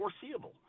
foreseeable